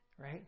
Right